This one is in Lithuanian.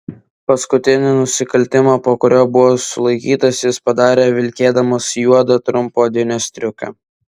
paskutinį nusikaltimą po kurio buvo sulaikytas jis padarė vilkėdamas juodą trumpą odinę striukę